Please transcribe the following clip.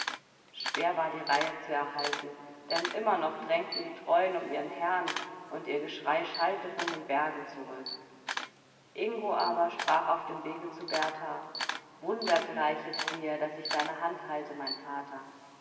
schwer war die reihe zu erhalten denn immer noch drängten die treuen um ihren herrn und ihr geschrei schallte von den bergen zurück ingo aber sprach auf dem wege zu berthar wundergleich ist mir daß ich deine hand halte mein vater